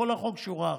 כל החוק שורה אחת,